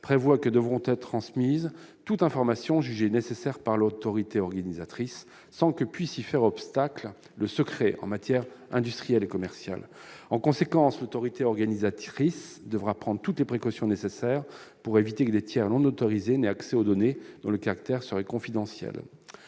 prévoit la transmission obligatoire de toute information jugée nécessaire par l'autorité organisatrice de transport, sans que puisse y faire obstacle le secret en matière industrielle et commerciale. En conséquence, l'autorité organisatrice de transport devra prendre toutes les précautions nécessaires pour éviter que des tiers non autorisés n'aient accès à des données dont le caractère serait confidentiel.